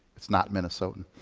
it's not minnesotan.